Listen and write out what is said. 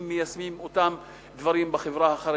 אם מיישמים את אותם דברים בחברה החרדית.